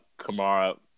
Kamara